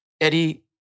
Eddie